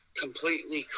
completely